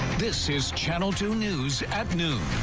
this is channel two news. at noon.